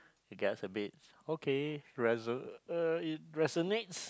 I guess a bit okay reso~ uh it resonates